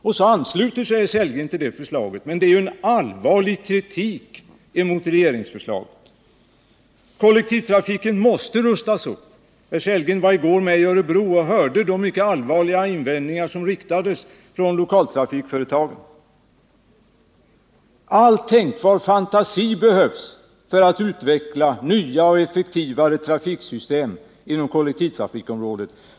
Även herr Sellgren ansluter sig till det förslaget — som ju innebär en allvarlig kritik mot regeringsförslaget. Kollektivtrafiken måste rustas upp. Herr Sellgren var i går med i Örebro och hörde de mycket allvarliga invändningar som framfördes från lokaltrafikföretagen. All tänkbar fantasi behövs för att utveckla nya och effektivare trafiksystem inom kollektivtrafikområdet.